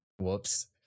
Whoops